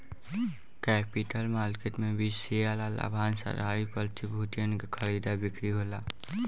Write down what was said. capital market में भी share आ लाभांस आधारित प्रतिभूतियन के खरीदा बिक्री होला